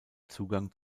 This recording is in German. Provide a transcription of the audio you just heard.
zugang